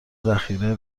ذخیره